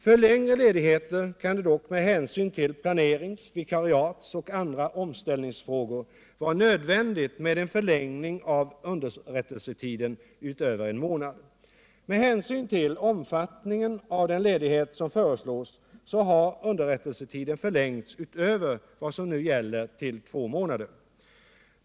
För längre ledighet kan det dock med hänsyn till planerings-, vikariats och andra omställningsfrågor vara nödvändigt med en förlängning av underrättelsetiden utöver en månad. Med hänsyn till omfattningen av den ledighet som föreslås har underrättelsetiden förlängts utöver vad som nu gäller till två månader.